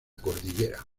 cordillera